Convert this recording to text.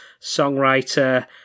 songwriter